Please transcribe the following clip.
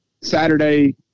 Saturday